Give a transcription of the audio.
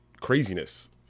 craziness